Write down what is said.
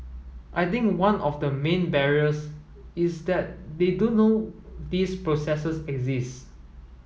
I think one of the main barriers is that they don't know these processes exist